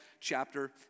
chapter